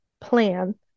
plan